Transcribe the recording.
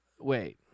Wait